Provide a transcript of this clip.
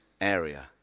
area